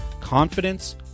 confidence